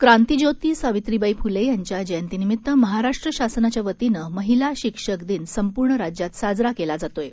क्रांतीज्योती सावित्रीबाई फुले यांच्या जयंतीनिमित्त महाराष्ट्र शासनाच्या वतीनं महिला शिक्षक दिन संपूर्ण राज्यात साजरा केला जात आहे